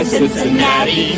Cincinnati